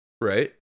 Right